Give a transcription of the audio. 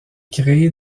créé